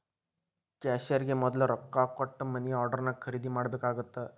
ಕ್ಯಾಶಿಯರ್ಗೆ ಮೊದ್ಲ ರೊಕ್ಕಾ ಕೊಟ್ಟ ಮನಿ ಆರ್ಡರ್ನ ಖರೇದಿ ಮಾಡ್ಬೇಕಾಗತ್ತಾ